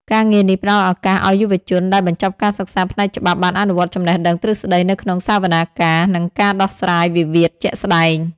ការងារនេះផ្តល់ឱកាសឱ្យយុវជនដែលបញ្ចប់ការសិក្សាផ្នែកច្បាប់ បានអនុវត្តចំណេះដឹងទ្រឹស្តីនៅក្នុងសវនាការ និងការដោះស្រាយវិវាទជាក់ស្តែង។